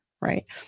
Right